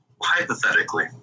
hypothetically